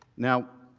now,